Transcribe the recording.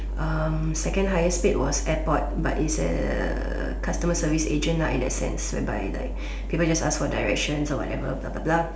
um second highest paid was airport but it's a customer service agent lah in that sense whereby like people just ask for direction or whatever blah blah blah